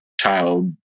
child